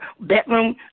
bedroom